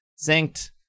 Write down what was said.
synced